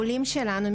העולים שלנו,